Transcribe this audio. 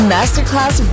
Masterclass